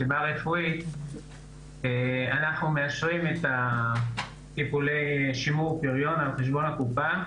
סיבות אנחנו מאשרים את טיפולי שימור הפריון על חשבון הקופה,